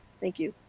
thank you.